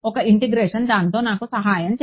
ఒక ఇంటిగ్రేషన్ దానితో నాకు సహాయం చేస్తుంది